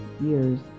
years